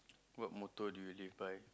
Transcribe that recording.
what motto do you live by